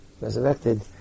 resurrected